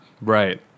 right